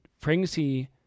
pregnancy